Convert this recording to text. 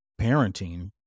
parenting